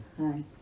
Hi